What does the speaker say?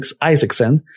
Isaacson